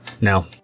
Now